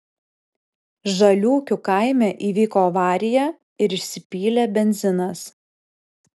žaliūkių kaime įvyko avarija ir išsipylė benzinas